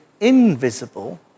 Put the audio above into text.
invisible